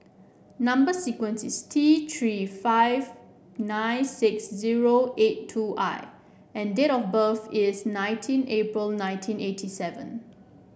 number sequence is T Three five nine six zero eight two I and date of birth is nineteen April nineteen eighty seven